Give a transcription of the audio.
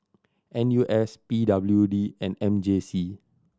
N U S P W D and M J C